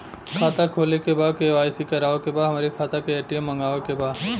खाता खोले के बा के.वाइ.सी करावे के बा हमरे खाता के ए.टी.एम मगावे के बा?